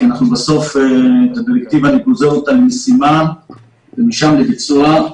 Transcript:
כי בסוף את הדירקטיבה אני גוזר אותה למשימה ומשם לביצוע.